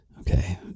okay